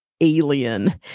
alien